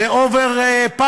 זה over power,